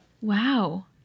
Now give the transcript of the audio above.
Wow